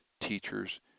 teachers